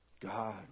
God